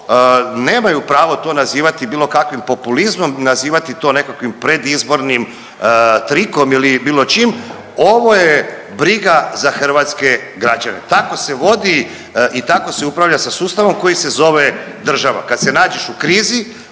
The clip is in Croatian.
nemaju pravo to nazivati bilo kakvim populizmom, nazivati to nekakvim predizbornim trikom ili bilo čim. Ovo je briga za hrvatske građane. Tako se vodi i tako se upravlja sa sustavom koji se zove država. Kad se nađeš u krizi